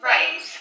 Right